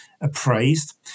appraised